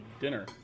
dinner